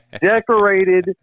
decorated